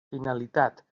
finalitat